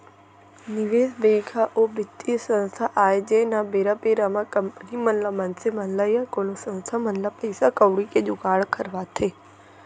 निवेस बेंक ह ओ बित्तीय संस्था आय जेनहा बेरा बेरा म कंपनी मन ल मनसे मन ल या कोनो संस्था मन ल पइसा कउड़ी के जुगाड़ करवाथे